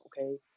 okay